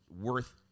worth